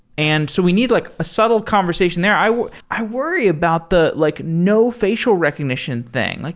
and so we need like a subtle conversation there. i i worry about the like no facial recognition thing. like